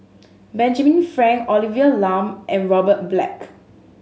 Benjamin Frank Olivia Lum and Robert Black